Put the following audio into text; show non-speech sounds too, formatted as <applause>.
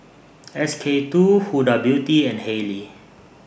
<noise> S K two Huda Beauty and Haylee